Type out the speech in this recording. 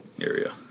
area